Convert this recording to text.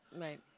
Right